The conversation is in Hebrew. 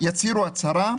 יצהירו הצהרה,